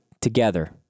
together